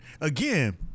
again